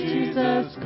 Jesus